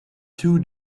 two